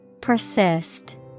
Persist